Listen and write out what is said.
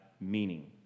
Meaning